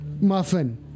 muffin